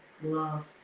love